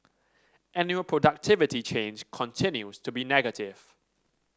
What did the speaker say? annual productivity change continues to be negative